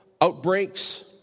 outbreaks